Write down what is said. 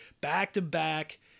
Back-to-back